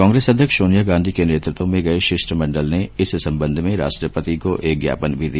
कांग्रेस अध्यक्ष सोनिया गांधी के नेतृत्व में गये शिष्टमंडल ने इस संबंध में राष्ट्रपति को एक ज्ञापन भी दिया